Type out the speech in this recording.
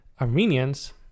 armenians